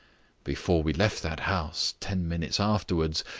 before we left that house, ten minutes afterwards,